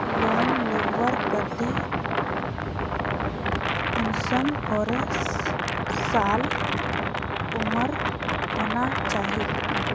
Loan लुबार केते कुंसम करे साल उमर होना चही?